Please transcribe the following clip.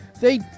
they